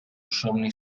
somni